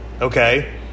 okay